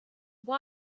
why